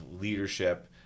leadership